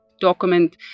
document